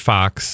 Fox